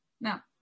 Now